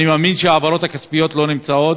אני מאמין שההעברות הכספיות לא נמצאות